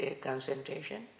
concentration